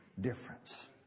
difference